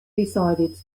decided